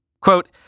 Quote